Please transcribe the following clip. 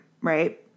Right